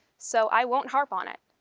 so i won't harp on it.